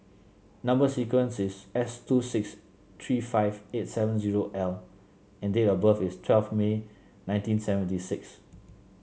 number sequence is S two six three five eight seven zero L and date of birth is twelve May nineteen seventy six